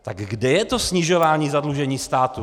Tak kde je snižování zadlužení státu?